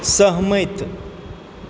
सहमति